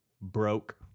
broke